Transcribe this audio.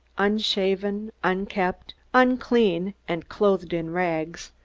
unshaven, unkempt, unclean and clothed in rags,